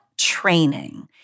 training